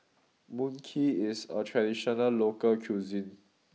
Mui Kee is a traditional local cuisine